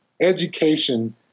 education